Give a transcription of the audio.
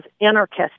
anarchist